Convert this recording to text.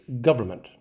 government